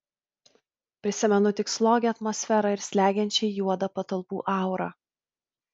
prisimenu tik slogią atmosferą ir slegiančiai juodą patalpų aurą